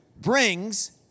brings